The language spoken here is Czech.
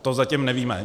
To zatím nevíme.